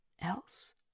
else